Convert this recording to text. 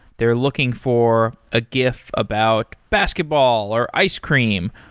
they're looking for a gif about basketball, or ice cream.